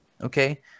Okay